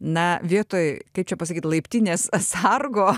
na vietoj kaip čia pasakyt laiptinės sargo